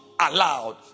allowed